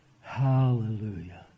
Hallelujah